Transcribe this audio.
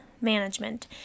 management